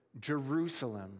Jerusalem